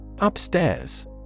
Upstairs